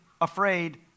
afraid